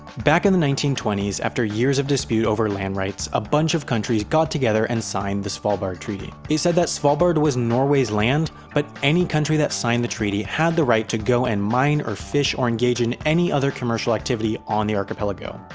back in the nineteen twenty s, after years of dispute over land rights, a bunch of countries got together and signed the svalbard treaty. it said that svalbard was norway's land, but any country that signed the treaty had the right to go and mine or fish or engage in any other commercial activity on the archipelago.